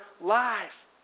life